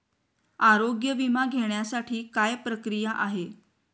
आरोग्य विमा घेण्यासाठी काय प्रक्रिया आहे?